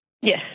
Yes